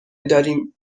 داریم